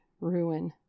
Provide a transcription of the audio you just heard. ruin